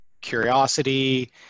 curiosity